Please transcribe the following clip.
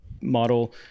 model